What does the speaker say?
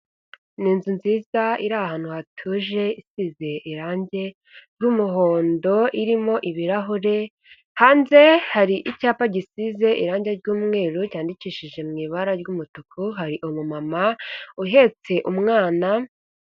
Inzu nziza iri ahantu hatuje isize irange ry'umuhondo irimo ibirahure, hanze hari icyapa gisize irange ry'umweru cyandikishije mu ibara ry'umutuku hari umumama uhetse umwana.